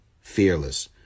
fearless